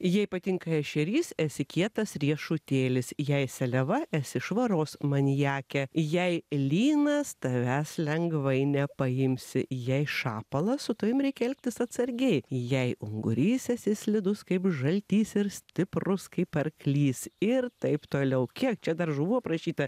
jei patinka ešerys esi kietas riešutėlis jei seliava esi švaros maniakė jei lynas tavęs lengvai nepaimsi jei šapalas su tavimi reikia elgtis atsargiai jei ungurys esi slidus kaip žaltys ir stiprus kaip arklys ir taip toliau kiek čia dar žuvų aprašyta